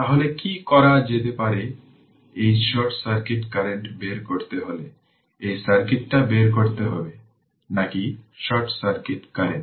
তাহলে কি করা যেতে পারে এই শর্ট সার্কিট কারেন্ট বের করতে হলে এই সার্কিটটা বের করতে হবে নাকি শর্ট সার্কিট কারেন্ট